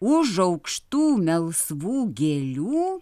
už aukštų melsvų gėlių